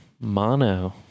mono